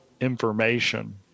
information